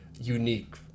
unique